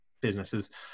businesses